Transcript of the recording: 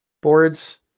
Boards